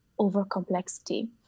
overcomplexity